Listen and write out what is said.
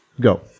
Go